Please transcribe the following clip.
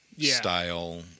style